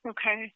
Okay